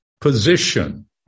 position